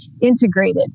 integrated